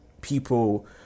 People